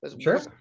Sure